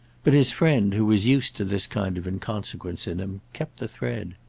but his friend, who was used to this kind of inconsequence in him, kept the thread.